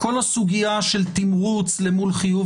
כל הסוגיה של תמרוץ למול חיוב.